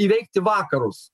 įveikti vakarus